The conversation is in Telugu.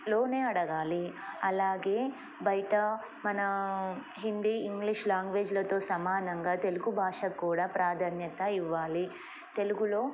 లోనే అడగాలి అలాగే బయట మన హిందీ ఇంగ్లీష్ లాంగ్వేజ్లతో సమానంగా తెలుగు భాష కూడా ప్రాధాన్యత ఇవ్వాలి తెలుగులో